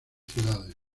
ciudades